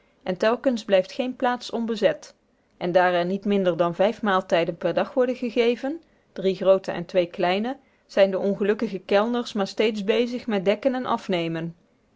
en telkens blijft geene plaats onbezet en daar er niet minder dan vijf maaltijden per dag worden gegeven drie groote en twee kleine zijn de ongelukkige kellners maar steeds bezig met dekken en afnemen